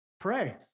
pray